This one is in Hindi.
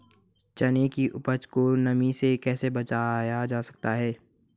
चने की उपज को नमी से कैसे बचाया जा सकता है?